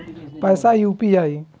पैसा यू.पी.आई?